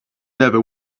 never